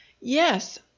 Yes